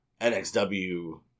NXW